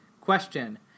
Question